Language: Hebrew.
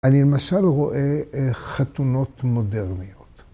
‫אני למשל רואה חתונות מודרניות.